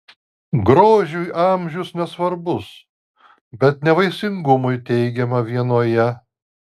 grožiui amžius nesvarbus bet ne vaisingumui teigiama vienoje